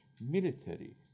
military